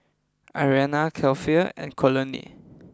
Ariana Keifer and Conley